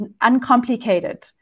uncomplicated